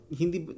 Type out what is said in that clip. hindi